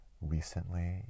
recently